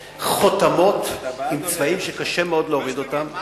חותמות עם צבעים שקשה מאוד להוריד אותן.